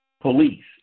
police